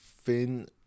thin